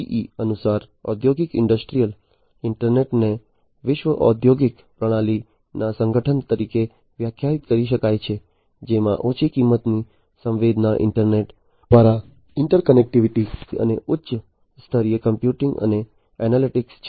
GE અનુસાર ઔદ્યોગિક ઈન્ટરનેટને વૈશ્વિક ઔદ્યોગિક પ્રણાલીના સંગઠન તરીકે વ્યાખ્યાયિત કરી શકાય છે જેમાં ઓછી કિંમતની સંવેદના ઈન્ટરનેટ દ્વારા ઈન્ટરકનેક્ટિવિટી અને ઉચ્ચ સ્તરીય કમ્પ્યુટિંગ અને એનાલિટિક્સ છે